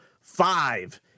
five